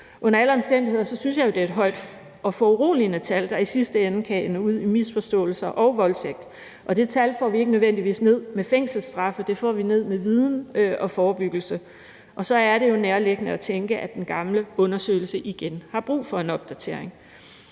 Under alle omstændigheder synes jeg, det er et højt og foruroligende tal, der i sidste ende kan ende ud i misforståelser og voldtægt, og det tal får vi ikke nødvendigvis bragt ned med fængselsstraffe; det får vi bragt ned med viden og forebyggelse. Og så er det jo nærliggende at tænke, at den gamle undersøgelse igen har brug for en opdatering.